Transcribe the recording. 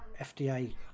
FDA